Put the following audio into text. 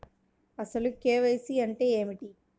అసలు కే.వై.సి అంటే ఏమిటి?